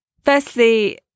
Firstly